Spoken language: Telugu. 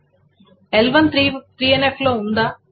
L1 3NF లో ఉందా